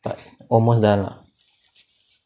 but almost done lah